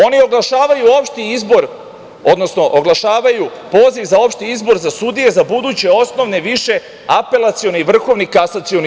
Oni oglašavaju opšti izbor, odnosno oglašavaju poziv za opšti izbor sa sudije za buduće osnovne, više, apelacione i VKS.